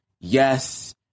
yes